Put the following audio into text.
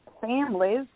families